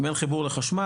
אם אין חיבור לחשמל.